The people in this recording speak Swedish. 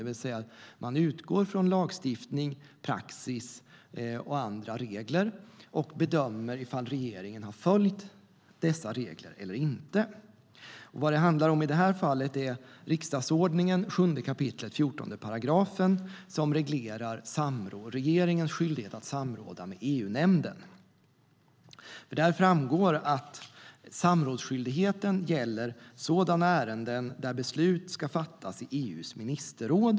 Man utgår alltså från lagstiftning, praxis och andra regler och bedömer ifall regeringen har följt dessa regler eller inte. Vad det handlar om i detta fall är riksdagsordningen 7 kap. 14 § som reglerar regeringens skyldighet att samråda med EU-nämnden. Där framgår att samrådsskyldigheten gäller sådana ärenden där beslut ska fattas i EU:s ministerråd.